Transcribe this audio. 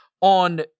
on